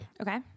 Okay